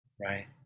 right